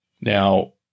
Now